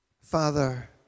Father